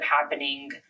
happening